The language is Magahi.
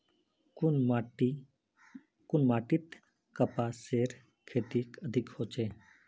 कुन माटित कपासेर खेती अधिक होचे?